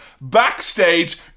Backstage